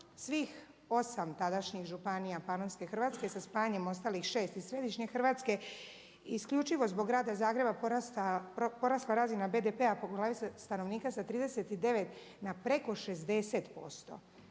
svih 8 tadašnjih županija Panonske Hrvatske sa spajanjem ostalih 6 iz središnje Hrvatske isključivo zbog grada Zagreba porasla razina BDP-a po glavi stanovnika sa 39 na preko 60%